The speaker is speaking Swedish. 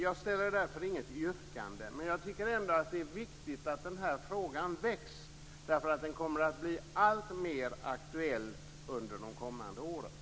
Jag har därför inte heller något yrkande. Men jag tycker ändå att det är viktigt att den här frågan väcks. Den kommer att bli alltmer aktuell under de kommande åren.